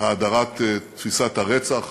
האדרת תפיסת הרצח,